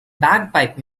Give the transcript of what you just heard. bagpipe